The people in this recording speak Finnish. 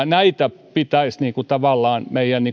näitä pitäisi meidän